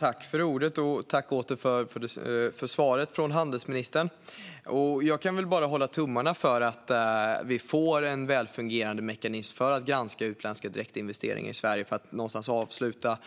Herr talman! Jag tackar åter för svaret från handelsministern. Jag kan bara hålla tummarna för att vi ska få en välfungerande mekanism för att granska utländska direktinvesteringar i Sverige - för att avsluta